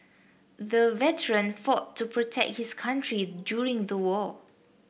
the veteran fought to protect his country during the war